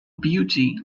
beauty